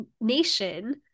nation